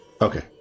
Okay